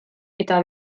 eta